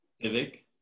Civic